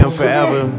forever